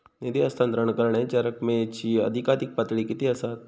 निधी हस्तांतरण करण्यांच्या रकमेची अधिकाधिक पातळी किती असात?